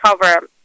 cover